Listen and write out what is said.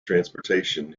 transportation